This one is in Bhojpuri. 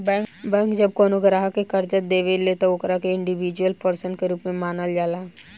बैंक जब कवनो ग्राहक के कर्जा देले त ओकरा के इंडिविजुअल पर्सन के रूप में मानल जाला